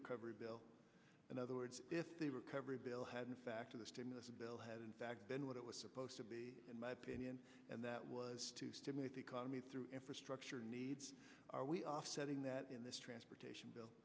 recovery bill in other words if the recovery bill had in fact of the stimulus bill had in fact been what it was supposed to be in my opinion and that was to stimulate the economy through infrastructure needs are we offsetting that in this transportation bill